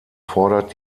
fordert